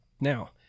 Now